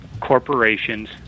corporations